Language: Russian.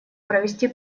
провести